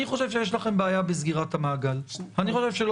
אני חושב שיש לכם בעיה בסגירת המעגל.